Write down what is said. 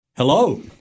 Hello